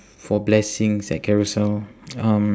for blessings at carousell um